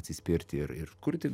atsispirti ir ir kurti